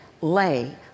lay